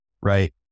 Right